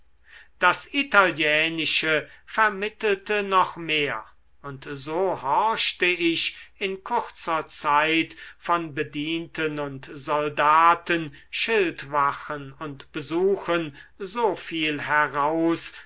das italienische vermittelte noch mehr und so horchte ich in kurzer zeit von bedienten und soldaten schildwachen und besuchen so viel heraus